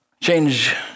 change